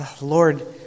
Lord